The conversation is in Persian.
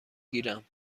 گیرم